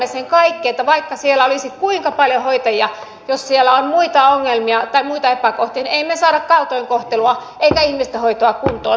me kaikki tiedämme sen että vaikka siellä olisi kuinka paljon hoitajia niin jos siellä on muita ongelmia tai muita epäkohtia niin emme me saa kaltoinkohtelua emmekä ihmisten hoitoa kuntoon